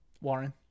Warren